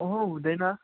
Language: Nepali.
अहँ हुँदैन